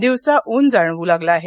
दिवसा ऊन्ह जाणवू लागलं आहे